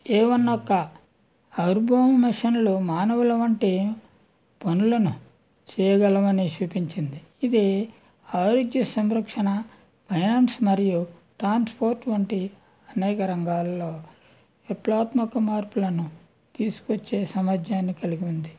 ఏవన్నొక్క అర్బన్ మిషన్లు మానవులవంటి పనులను చేయగలమని చూపించింది ఇది ఆరోగ్య సంరక్షణ ఫైనాన్స్ మరియు ట్రాన్స్పోర్ట్ వంటి అనేక రంగాల్లో విప్లవాత్మక మార్పులను తీసుకొచ్చే సామర్థ్యాన్ని కలిగి ఉంది